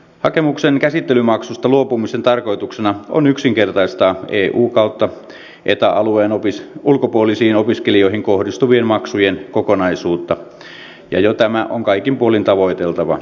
hakemuksen käsittelymaksusta luopumisen tarkoituksena on yksinkertaistaa eu ja eta alueen ulkopuolisiin opiskelijoihin kohdistuvien maksujen kokonaisuutta ja jo tämä on kaikin puolin tavoiteltava asia